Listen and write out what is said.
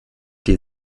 die